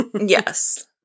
yes